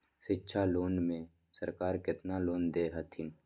शिक्षा लोन में सरकार केतना लोन दे हथिन?